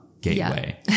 gateway